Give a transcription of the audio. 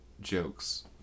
Jokes